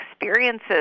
experiences